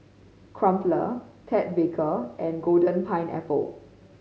Crumpler Ted Baker and Golden Pineapple